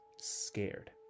scared